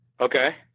okay